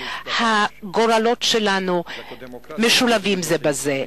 הגורלות שלנו משולבים זה בזה.